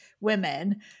women